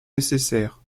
nécessaires